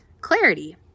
clarity